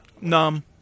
numb